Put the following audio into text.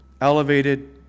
elevated